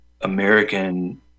American